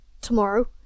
tomorrow